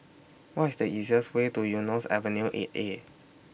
What IS The easiest Way to Eunos Avenue eight A